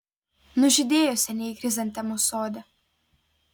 nužydėjo seniai chrizantemos sode